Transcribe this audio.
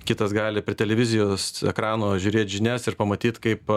kitas gali prie televizijos ekrano žiūrėt žinias ir pamatyt kaip